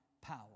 power